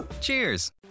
Cheers